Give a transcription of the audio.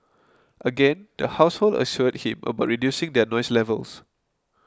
again the household assured him about reducing their noise levels